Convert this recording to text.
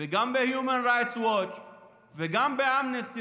וגם ב-Human Rights Watch וגם באמנסטי